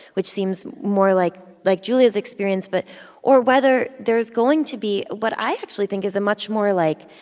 which seems more like like julia's experience, but or whether there's going to be what i actually think is a much more, like,